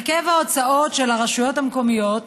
הרכב ההוצאות של הרשויות המקומיות